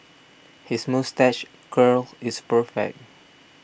his moustache curl is perfect